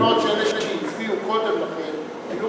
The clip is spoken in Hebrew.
ייתכן מאוד שאלה שהצביעו קודם לכן היו